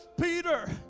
Peter